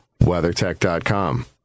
WeatherTech.com